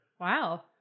Wow